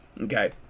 okay